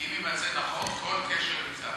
אם יימצא נכון, כל קשר עם צה"ל.